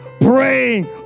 praying